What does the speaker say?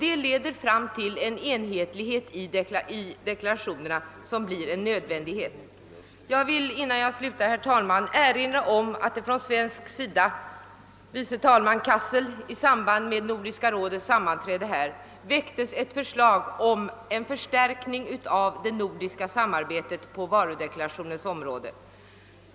Detta leder fram till en enhetlighet i deklarationerna som blir en nödvändighet. Innan jag slutar vill jag, herr talman, erinra om att andre vice talmannen herr Cassel vid Nordiska rådets sammanträde framförde ett svenskt förslag om en förstärkning av det nordiska samarbetet på varudeklarationens område.